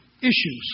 issues